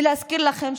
להזכיר לכם,